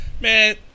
Man